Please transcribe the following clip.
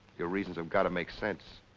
your reasons have got to make sense.